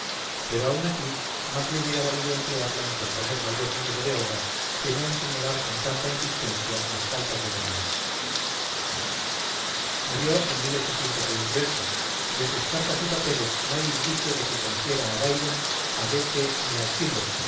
pero aun así más le hubiera valido emplearla en componer mayor número de obras que no en señalar con tanta insistencia las faltas de los demás murió en y en sus cartas y papeles no hay indicio de que conociera a byron a goethe ni a schiller